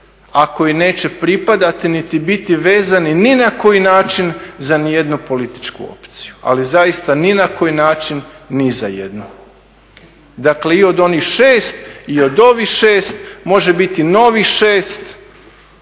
koji neće pripadati niti biti vezani ni na koji način za ni jednu političku opciju, ali zaista ni na koji način ni za jednu. Dakle, i od onih 6 i od ovih 6 može biti novih